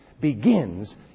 begins